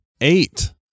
eight